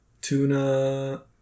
Tuna